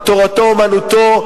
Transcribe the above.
תורתו אומנותו,